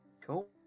Cool